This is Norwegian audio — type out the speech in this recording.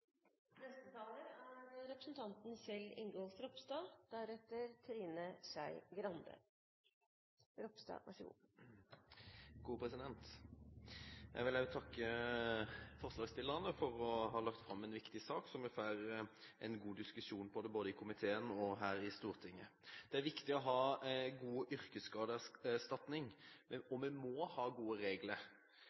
Jeg vil også takke forslagsstillerne for å ha lagt fram en viktig sak som vi har hatt en god diskusjon om både i komiteen og her i Stortinget. Det er viktig å ha god yrkesskadeerstatning, og vi må ha gode regler.